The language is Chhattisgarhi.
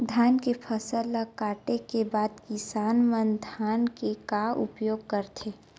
धान के फसल ला काटे के बाद किसान मन धान के का उपयोग करथे?